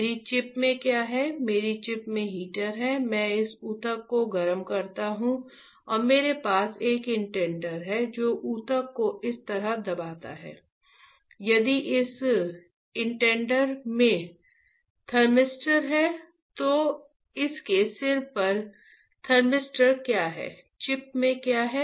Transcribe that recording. मेरी चिप में क्या है मेरी चिप में हीटर है मैं इस ऊतक को गर्म करता हूं और मेरे पास एक इंडेंटर है जो ऊतक को इस तरह दबाता है यदि इस इंडेंटर में थर्मिस्टर है तो इसके सिरे पर थर्मिस्टर क्या है चिप में क्या है